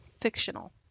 fictional